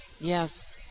Yes